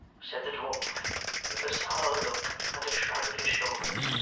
said the dwarf with a sour look and a shrug of his shoulders,